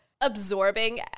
absorbing